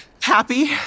Happy